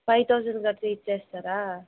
five thousand కడితే ఇచ్చేస్తారా